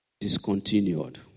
discontinued